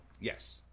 Yes